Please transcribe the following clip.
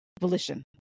volition